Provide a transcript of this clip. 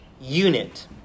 unit